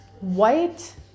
White